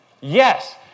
Yes